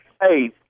Hey